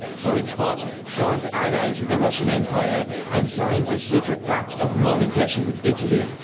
for its part, france allies with the russian empire and signs a secret pact of non-aggression with italy,